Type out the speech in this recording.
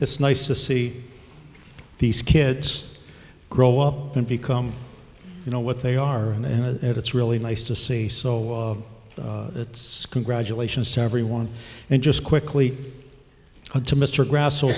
it's nice to see these kids grow up and become you know what they are and it's really nice to see so that's congratulations to everyone and just quickly to mr grasso